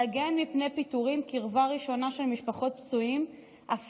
להגן מפני פיטורים על משפחות פצועים מקרבה ראשונה,